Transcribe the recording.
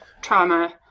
trauma